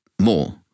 more